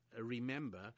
remember